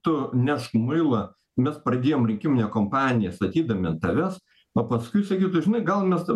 tu nešk muilą mes pradėjom rinkiminę kampaniją statydami ant taves o paskui sakytų žinai gal mes ta